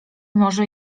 może